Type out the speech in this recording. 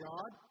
God